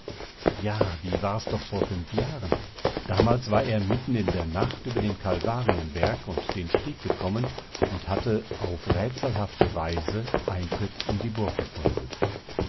ja wie war's doch vor fünf jahren damals war er mitten in der nacht über den kalvarienberg und den steg gekommen und hatte auf rätselhafte weise eintritt in die burg gefunden